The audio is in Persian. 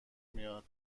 میاد